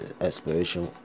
Exploration